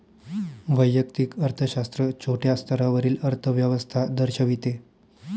वैयक्तिक अर्थशास्त्र छोट्या स्तरावरील अर्थव्यवस्था दर्शविते